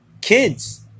kids